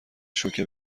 شوکه